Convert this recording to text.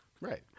Right